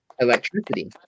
electricity